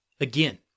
Again